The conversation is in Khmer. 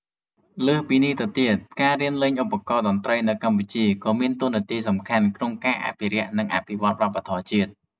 លើសពីនេះទៅទៀត ការរៀនលេងឧបករណ៍តន្ត្រីនៅកម្ពុជាក៏មានតួនាទីសំខាន់ក្នុងការអភិរក្ស និងអភិវឌ្ឍវប្បធម៌ជាតិ។